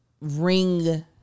ring